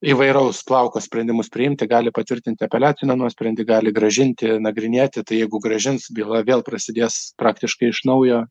įvairaus plauko sprendimus priimti gali patvirtinti apeliacinio nuosprendį gali grąžinti nagrinėti tai jeigu grąžins byla vėl prasidės praktiškai iš naujo